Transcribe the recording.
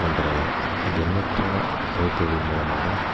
போன்ற எண்ணற்ற அமைப்புகளின் மூலமாக